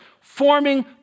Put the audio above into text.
forming